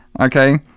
Okay